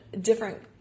different